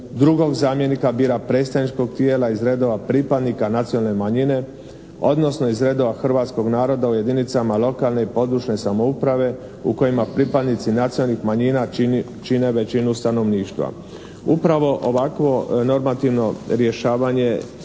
Drugog zamjenika bira predstavničkog tijela bira iz redova pripadnika nacionalne manjine odnosno iz redova hrvatskog naroda u jedinicama lokalne i područne samouprave u kojima pripadnici nacionalnih manjina čine većinu stanovništva. Upravo ovakvo normativno rješavanje